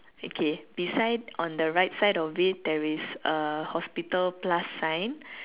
okay beside on the right side of it there is a hospital plus sign